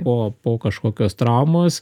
o po kažkokios traumos